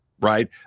Right